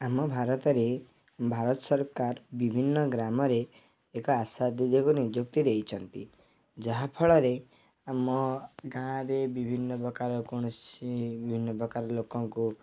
ଆମ ଭାରତରେ ଭାରତ ସରକାର ବିଭିନ୍ନ ଗ୍ରାମରେ ଏକ ଆଶା ଦିଦିକୁ ନିଯୁକ୍ତି ଦେଇଚନ୍ତି ଯାହାଫଳରେ ଆମ ଗାଁରେ ବିଭିନ୍ନ ପ୍ରକାର କୌଣସି ବିଭିନ୍ନ ପ୍ରକାର ଲୋକଙ୍କୁ